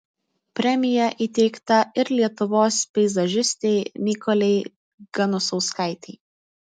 premija įteikta ir lietuvos peizažistei mykolei ganusauskaitei